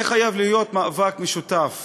זה חייב להיות מאבק משותף